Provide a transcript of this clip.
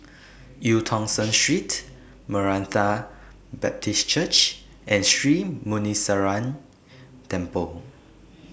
EU Tong Sen Street Maranatha Baptist Church and Sri Muneeswaran Temple